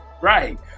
right